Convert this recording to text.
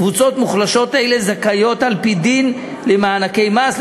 קבוצות מוחלשות אלה זכאיות על-פי דין למענקי מס.